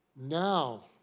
Now